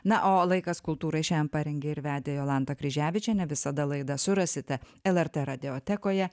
na o laikas kultūrai šiaan parengė ir vedė jolanta kryževičienė visada laidą surasite lrt radiotekoje